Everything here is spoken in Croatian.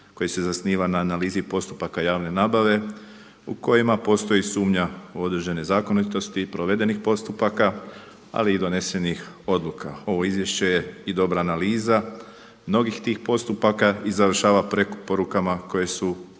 koji se zasniva na analizi postupaka javne nabave u kojima postoji sumnja u određene zakonitosti provedenih postupaka, ali i donesenih odluka. Ovo izvješće je i dobra analiza mnogih tih postupaka i završava porukama koje su